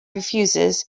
refuses